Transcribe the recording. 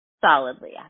solidly